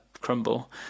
crumble